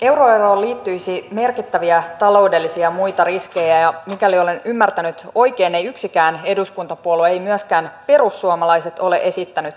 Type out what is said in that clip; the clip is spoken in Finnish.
euroeroon liittyisi merkittäviä taloudellisia ja muita riskejä ja mikäli olen ymmärtänyt oikein ei yksikään eduskuntapuolue ei myöskään perussuomalaiset ole esittänyt euroeroa